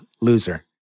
loser